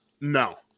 No